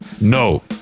No